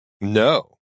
No